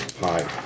Hi